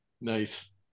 nice